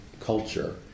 culture